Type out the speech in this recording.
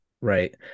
Right